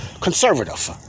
conservative